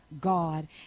God